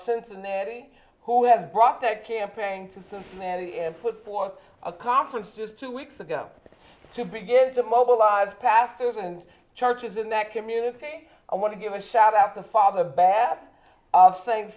cincinnati who have brought that campaign to cincinnati and put forth a conference just two weeks ago to begin to mobilize pastors and charges in that community i want to give a shout out to father bhatt saying